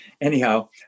anyhow